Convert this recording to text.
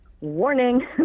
Warning